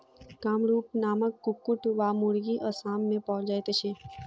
कामरूप नामक कुक्कुट वा मुर्गी असाम मे पाओल जाइत अछि